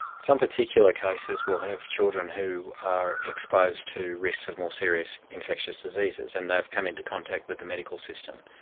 some particular cases will have children who are exposed to risks of more serious infectious diseases, and they've come into contact with the medical system.